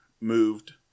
moved